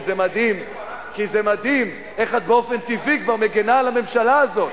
זה מדהים איך את באופן טבעי כבר מגינה על הממשלה הזאת.